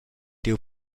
tiu